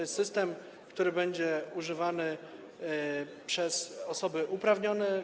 To jest system, który będzie używany przez osoby uprawnione.